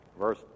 Verse